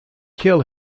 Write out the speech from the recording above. kill